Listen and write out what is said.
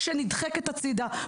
שנדחקת הצידה.